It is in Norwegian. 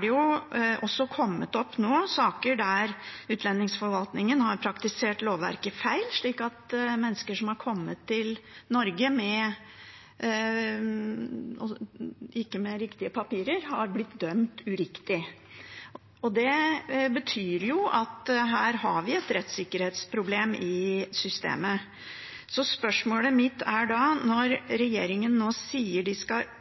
det nå også kommet opp saker der utlendingsforvaltningen har praktisert lovverket feil, slik at mennesker som har kommet til Norge uten å ha riktige papirer, har blitt dømt uriktig. Det betyr at her har vi et rettssikkerhetsproblem i systemet. Så spørsmålet mitt er da: Når regjeringen nå sier at den skal